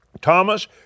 Thomas